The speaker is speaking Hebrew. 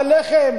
על הלחם?